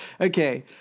Okay